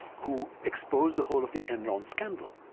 who exposed the whole of the enron scandal.